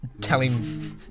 telling